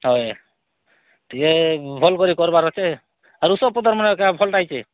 ହଏ ଟିକେ ଭଲକରି କର୍ବାର ଅଛେ ଔଷଧପତର୍ ମାନେ କାଣ ଭଲ୍ଟା ଆଇଛେ